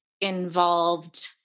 involved